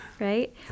right